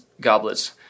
goblets